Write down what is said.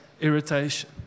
irritation